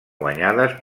guanyades